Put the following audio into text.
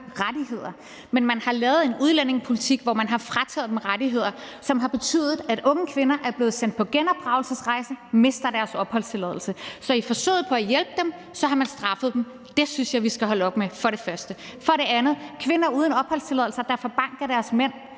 rettigheder, men man har lavet en udlændingepolitik, hvor man har frataget dem rettigheder, som har betydet, at unge kvinder er blevet sendt på genopdragelsesrejse og mister deres opholdstilladelse. Så i forsøget på at hjælpe dem har man straffet dem. Det synes jeg for det første vi skal holde op med. For det andet vil jeg sige om kvinder uden opholdstilladelse, der får bank af deres mænd